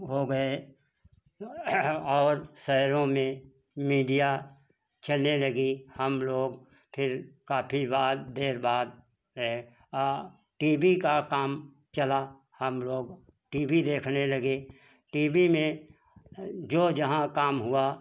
हो गए और शहरों में मीडिया चलने लगी हम लोग फिर काफ़ी बाद देर बाद हाँ टी वी का काम चला हम लोग टी वी देखने लगे टी वी में जो जहाँ काम हुआ